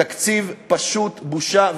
תקציב פשוט בושה.